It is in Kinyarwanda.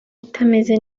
itameze